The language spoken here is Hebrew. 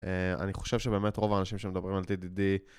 אני חושב שבאמת רוב האנשים שמדברים על TDD